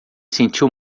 sentiu